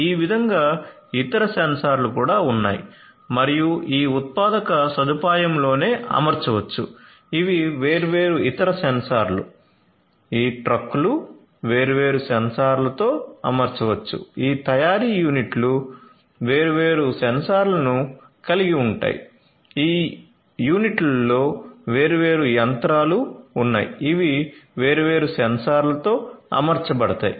ఈ విధంగా ఇతర సెన్సార్లు కూడా ఉన్నాయి మరియు ఈ ఉత్పాదక సదుపాయంలోనే అమర్చవచ్చు ఇవి వేర్వేరు ఇతర సెన్సార్లు ఈ ట్రక్కులు వేర్వేరు సెన్సార్లతో అమర్చవచ్చు ఈ తయారీ యూనిట్లు వేర్వేరు సెన్సార్లను కలిగి ఉంటాయి ఈ యూనిట్లలో వేర్వేరు యంత్రాలు ఉన్నాయి ఇవి వేర్వేరు సెన్సార్లతో అమర్చబడతాయి